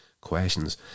Questions